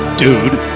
dude